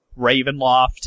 Ravenloft